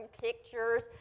pictures